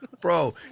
Bro